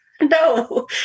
No